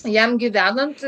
jam gyvenant